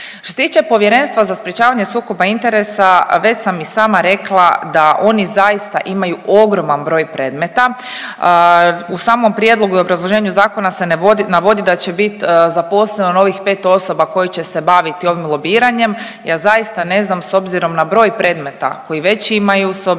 tiče Povjerenstva za odlučivanje o sukobu interesa, već sam i sama rekla da oni zaista imaju ogroman broj predmeta, u samom prijedlogu i obrazloženju zakona se ne navodi da će biti zaposleno novih 5 osoba koje će se baviti ovim lobiranjem. Ja zaista ne znam, s obzirom na broj predmeta koji već imaju, s obzirom